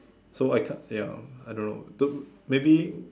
so I kind ya I don't know don't maybe